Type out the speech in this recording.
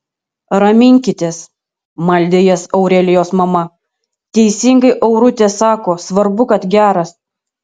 raminkitės maldė jas aurelijos mama teisingai aurutė sako svarbu kad geras